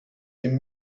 dem